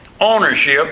ownership